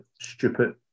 stupid